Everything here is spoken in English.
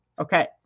Okay